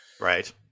Right